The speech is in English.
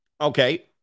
Okay